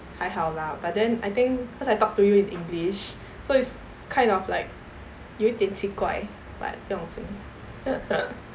还好 lah but then I think cause I talk to you in english so it's kind of like 有一點奇怪 but 不用紧